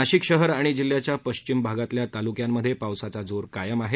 नाशिक शहर आणि जिल्ह्याच्या पश्चिम भागातल्या तालुक्यांमध्ये पावसाचा जोर कायम आहे